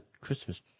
Christmas